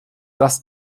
das